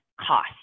cost